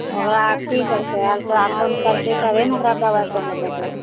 ओकरा कि करतै अल्ट्रासाउण्ड करतै तऽ तभिए ने ओकरा दवाइ कोनो देतै